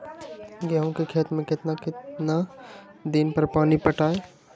गेंहू के खेत मे कितना कितना दिन पर पानी पटाये?